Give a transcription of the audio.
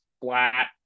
flat